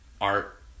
art